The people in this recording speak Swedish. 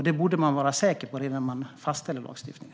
Det borde man vara säker på redan när man fastställer lagstiftningen.